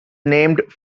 named